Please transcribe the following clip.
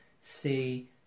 see